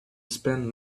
spend